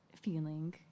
feeling